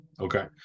Okay